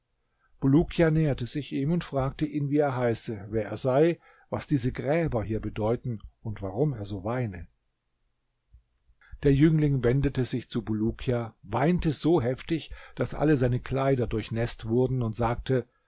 bulukia näherte sich ihm und fragte ihn wie er heiße wer er sei was diese gräber hier bedeuten und warum er so weine der jüngling wendete sich zu bulukia weinte so heftig daß alle seine kleider durchnäßt wurden und sagte